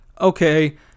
okay